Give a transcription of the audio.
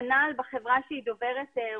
כנ"ל בחברה שהיא דוברת רוסית,